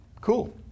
Cool